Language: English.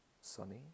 sunny